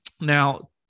Now